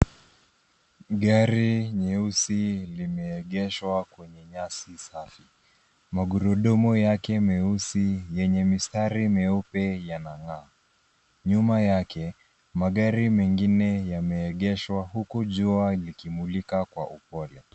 Gari nyeusi limeegeshwa kwenye nyasi safi. Magurudumu yake meusi yenye mistari meupe yanang'aa. Nyuma yake magari mengine yameegeshwa huku jua likimulika kwa upole.